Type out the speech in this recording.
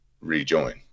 rejoin